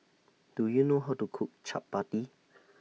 Do YOU know How to Cook Chappati